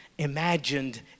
imagined